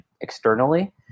externally